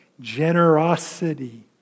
generosity